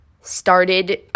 started